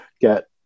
get